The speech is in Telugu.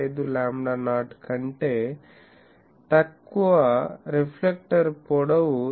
5 లాంబ్డా నాట్ కంటే తక్కువ రిఫ్లెక్టర్ పొడవు 0